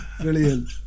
brilliant